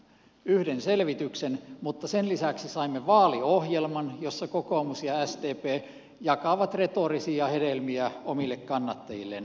yhden selvityksen mutta sen lisäksi saimme vaaliohjelman jossa kokoomus ja sdp jakavat retorisia hedelmiä omille kannattajilleen